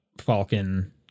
Falcon